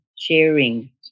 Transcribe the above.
sharing